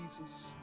Jesus